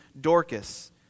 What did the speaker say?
Dorcas